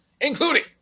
including